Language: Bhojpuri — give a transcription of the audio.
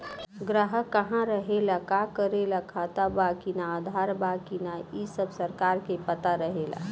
ग्राहक कहा रहेला, का करेला, खाता बा कि ना, आधार बा कि ना इ सब सरकार के पता रहेला